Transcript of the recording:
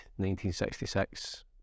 1966